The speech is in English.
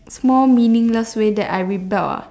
small meaningless way that I rebelled ah